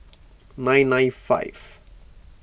nine nine five